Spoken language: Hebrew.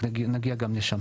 אנחנו נגיע גם לשר,